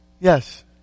Yes